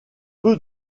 peu